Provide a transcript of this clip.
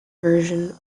version